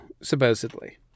supposedly